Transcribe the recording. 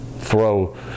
throw